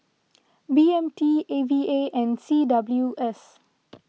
B M T A V A and C W S